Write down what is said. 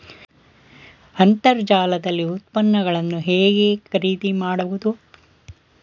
ಅಂತರ್ಜಾಲದಲ್ಲಿ ಉತ್ಪನ್ನಗಳನ್ನು ಹೇಗೆ ಖರೀದಿ ಮಾಡುವುದು?